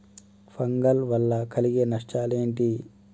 Fungal వల్ల కలిగే నష్టలేంటి?